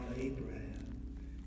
Abraham